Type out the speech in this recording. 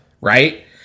right